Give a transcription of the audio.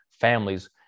families